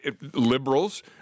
liberals